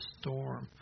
storm